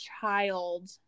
child